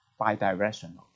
bidirectional